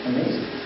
Amazing